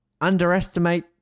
underestimate